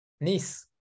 Nice